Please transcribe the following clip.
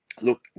look